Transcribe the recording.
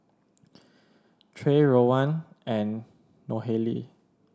Trey Rowan and Nohely